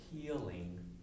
Healing